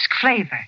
flavor